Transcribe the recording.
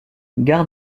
gare